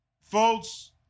Folks